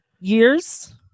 years